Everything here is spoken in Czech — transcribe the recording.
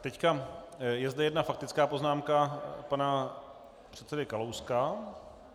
Teď je zde jedna faktická poznámka pana předsedy Kalouska.